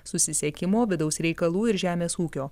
susisiekimo vidaus reikalų ir žemės ūkio